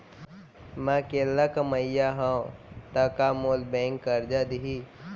मैं अकेल्ला कमईया हव त का मोल बैंक करजा दिही?